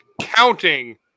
counting